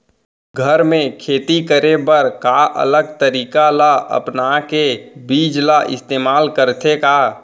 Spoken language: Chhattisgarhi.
घर मे खेती करे बर का अलग तरीका ला अपना के बीज ला इस्तेमाल करथें का?